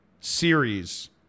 series